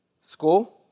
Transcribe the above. school